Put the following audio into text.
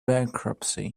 bankruptcy